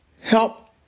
help